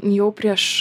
jau prieš